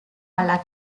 alla